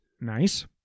Nice